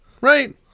right